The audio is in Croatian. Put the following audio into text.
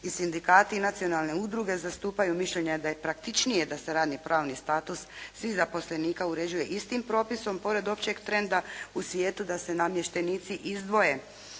sindikati i nacionalne udruge zastupaju mišljenje da je praktičnije da se radni pravni status svih zaposlenika uređuje istim propisom pored općeg trenda u svijetu, da se namještenici izdvoje